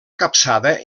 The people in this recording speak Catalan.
capçada